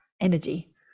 energy